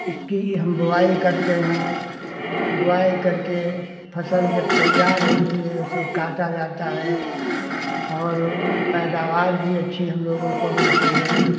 इसकी हम बुवाई करते हैं बुवाई करके फसल जब तैयार होती है उसे काटा जाता है और पैदावार भी अच्छी हम लोगों को मिलती है